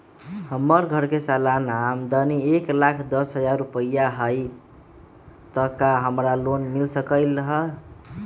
हमर घर के सालाना आमदनी एक लाख दस हजार रुपैया हाई त का हमरा लोन मिल सकलई ह?